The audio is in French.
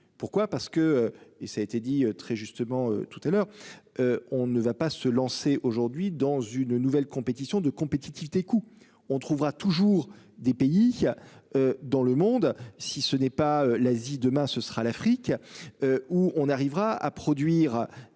pourquoi parce que et ça a été dit très justement tout à l'heure. On ne va pas se lancer aujourd'hui dans une nouvelle compétition de compétitivité coût on trouvera toujours des pays. Dans le monde, si ce n'est pas l'Asie, demain ce sera l'Afrique. Où on arrivera à produire